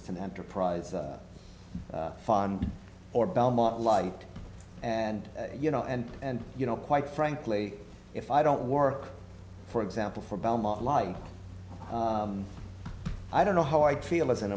it's an enterprise fund or belmont light and you know and and you know quite frankly if i don't work for example for belmont life i don't know how i'd feel as an